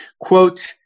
quote